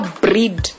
breed